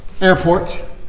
Airport